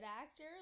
actor